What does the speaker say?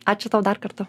ačiū tau dar kartą